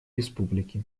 республики